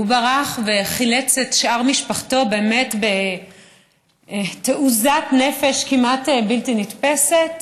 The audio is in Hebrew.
והוא ברח וחילץ את שאר משפחתו בתעוזת נפש כמעט בלתי נתפסת.